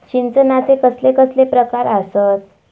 सिंचनाचे कसले कसले प्रकार आसत?